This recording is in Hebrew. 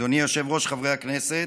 אדוני היושב-ראש, חברי הכנסת,